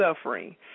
suffering